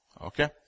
Okay